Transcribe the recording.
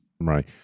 Right